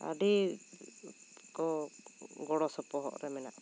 ᱟᱹᱰᱤ ᱠᱚ ᱜᱚᱲᱚ ᱥᱚᱯᱚᱦᱚᱫ ᱨᱮ ᱢᱮᱱᱟᱜ ᱠᱚᱣᱟ